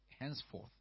henceforth